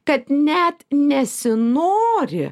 kad net nesinori